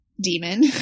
demon